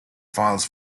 files